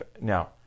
Now